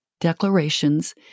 declarations